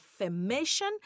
affirmation